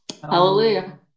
Hallelujah